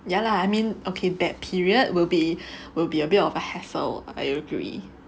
ya lah I mean okay that period will be will be a bit of a hassle I agree